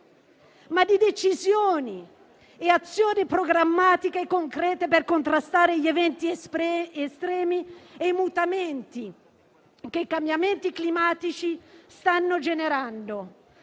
ma di decisioni e azioni programmatiche e concrete per contrastare gli eventi estremi e i mutamenti che i cambiamenti climatici stanno generando.